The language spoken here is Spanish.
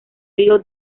río